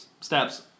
steps